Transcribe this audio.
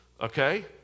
Okay